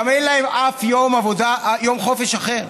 גם אין להם אף יום חופש אחר.